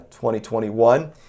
2021